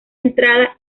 entrada